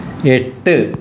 എട്ട്